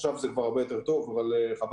עכשיו זה כבר הרבה יותר טוב אבל חבל